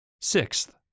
Sixth